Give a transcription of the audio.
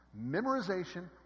Memorization